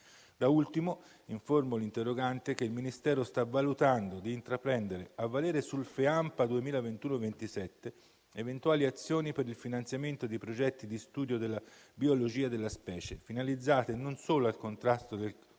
Da ultimo, informo l'interrogante che il Ministero sta valutando di intraprendere, a valere sul FEAMPA 2021-2027, eventuali azioni per il finanziamento di progetti di studio della biologia della specie, finalizzate non solo al contrasto del crostaceo,